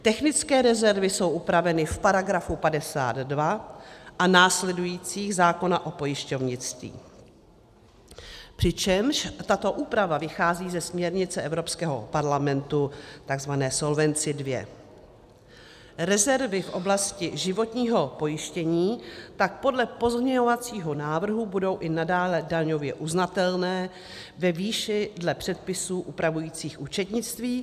Technické rezervy jsou upraveny v § 52 a následujících zákona o pojišťovnictví, přičemž tato úprava vychází ze směrnice Evropského parlamentu, tzv. Solvency II. Rezervy v oblasti životního pojištění tak podle pozměňovacího návrhu budou i nadále uznatelné ve výši dle předpisů upravujících účetnictví.